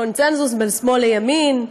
קונסנזוס בין שמאל לימין,